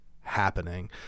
happening